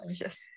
Yes